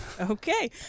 Okay